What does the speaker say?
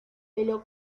pelo